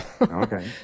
Okay